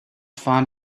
fund